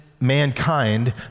mankind